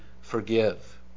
forgive